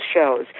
shows